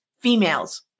Females